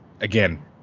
Again